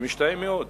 משתאה מאוד.